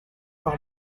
par